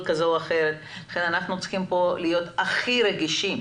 כזו או אחרת לכן אנחנו צריכים להיות פה הכי רגישים.